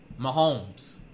Mahomes